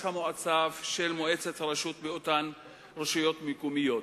המועצה ושל מועצת הרשות באותן רשויות מקומיות.